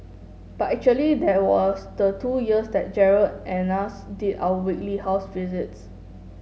but actually there was the two years that Gerald and us did our weekly house visits